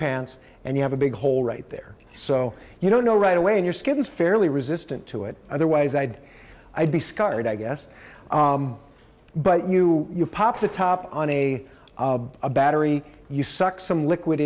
pants and you have a big hole right there so you don't know right away in your skin is fairly resistant to it otherwise i'd i'd be scarred i guess but you pop the top on a battery you suck some liquid